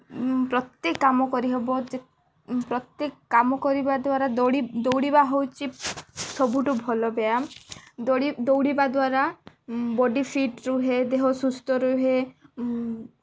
ପ୍ରତ୍ୟେକ କାମ କରିହେବ ଯେ ପ୍ରତ୍ୟେକ କାମ କରିବା ଦ୍ୱାରା ଦୌଡ଼ି ଦୌଡ଼ିବା ହେଉଛି ସବୁଠୁ ଭଲ ବ୍ୟାୟମ ଦୌଡ଼ି ଦୌଡ଼ିବା ଦ୍ୱାରା ବଡ଼ି ଫିଟ୍ ରୁହେ ଦେହ ସୁସ୍ଥ ରୁହେ